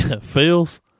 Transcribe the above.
Feels